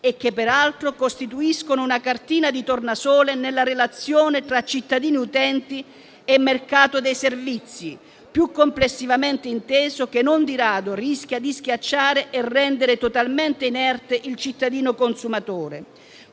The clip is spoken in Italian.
e che peraltro costituiscono una cartina di tornasole nella relazione tra cittadini utenti e mercato dei servizi più complessivamente inteso, che non di rado rischia di schiacciare e rendere totalmente inerte il cittadino consumatore,